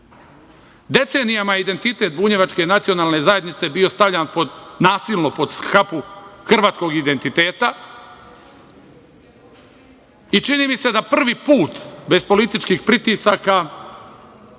Srbije. Decenijama je identitet bunjevačke nacionalne zajednice bio stavljan nasilno pod šapu hrvatskog identititeta i čini mi se da prvi put bez političkih pritisaka